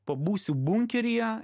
pabūsiu bunkeryje